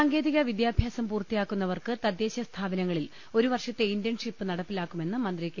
സാങ്കേതിക വിദ്യാഭ്യാസം പൂർത്തിയാക്കുന്നവർക്ക് തദ്ദേശസ്ഥാപന ങ്ങളിൽ ഒരു വർഷത്തെ ഇന്റേൺഷിപ്പ് നടപ്പിലാക്കുമെന്ന് മന്ത്രി കെ